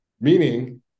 meaning